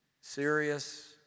serious